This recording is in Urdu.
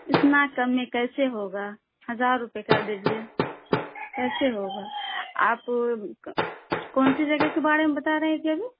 اتنا کم میں کیسے ہوگا ہزار روپئے کر دیجیے کیسے ہوگا آپ کون سی جگہ کے بارے میں بتا رہی تھیں ابھی